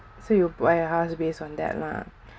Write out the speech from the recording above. so you buy a house based on that lah